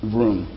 room